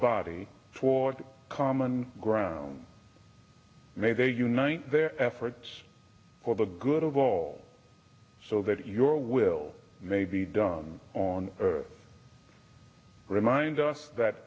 body toward common ground may they unite their efforts for the good of all so that your will may be done on earth remind us that